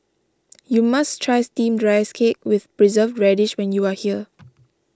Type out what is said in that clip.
you must try Steamed Rice Cake with Preserved Radish when you are here